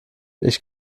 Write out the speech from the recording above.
ich